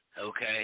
okay